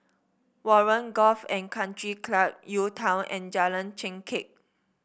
Warren Golf and Country Club UTown and Jalan Chengkek